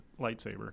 lightsaber